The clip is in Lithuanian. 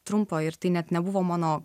trumpo ir tai net nebuvo mano